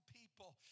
people